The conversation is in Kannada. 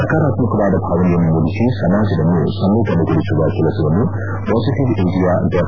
ಸಕಾರಾತ್ಗಕವಾದ ಭಾವನೆಯನ್ನು ಮೂಡಿಸಿ ಸಮಾಜವನ್ನು ಸಂವೇದನೆಗೊಳಿಸುವ ಕೆಲಸವನ್ನು ಪಾಸಿಟವ್ ಇಂಡಿಯಾ ಡಾಟ್